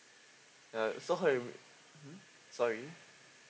uh so how do you sorry